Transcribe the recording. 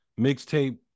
mixtape